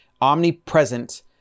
omnipresent